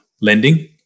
lending